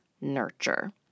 nurture